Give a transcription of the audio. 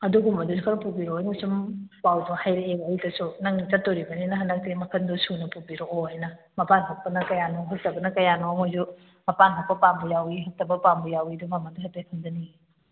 ꯑꯗꯨꯒꯨꯝꯕꯗꯨꯁꯨ ꯈꯔ ꯄꯨꯕꯤꯔꯛꯑꯣꯅ ꯁꯨꯝ ꯄꯥꯎꯗꯣ ꯍꯥꯏꯔꯛꯑꯦꯕ ꯑꯩꯗꯁꯨ ꯅꯪ ꯆꯠꯇꯣꯔꯤꯕꯅꯤꯅ ꯍꯟꯗꯛꯇꯤ ꯃꯈꯜꯗꯨ ꯁꯨꯅ ꯄꯨꯕꯤꯔꯛꯑꯣꯅ ꯃꯄꯥꯟ ꯍꯛꯄꯅ ꯀꯌꯥꯅꯣ ꯍꯛꯇꯕꯅ ꯀꯌꯥꯅꯣ ꯃꯣꯏꯁꯨ ꯃꯄꯥꯟ ꯍꯛꯄ ꯄꯥꯝꯕ ꯌꯥꯎꯏ ꯍꯛꯇꯕ ꯄꯥꯝꯕ ꯌꯥꯎꯏ ꯑꯗꯨꯅ ꯃꯃꯜꯗꯣ ꯍꯥꯏꯐꯦꯠ ꯈꯪꯖꯅꯤꯡꯏ